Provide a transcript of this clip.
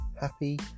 happy